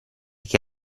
che